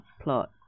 plot